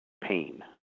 pain